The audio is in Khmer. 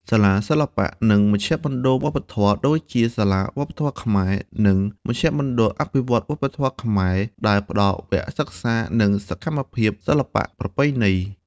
សាលាសិល្បៈ និងមជ្ឈមណ្ឌលវប្បធម៌ ដូចជា សាលាវប្បធម៌ខ្មែរ និងមជ្ឈមណ្ឌលអភិវឌ្ឍវប្បធម៌ខ្មែរ ដែលផ្តល់វគ្គសិក្សា និងសកម្មភាពសិល្បៈប្រពៃណី។